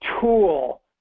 tool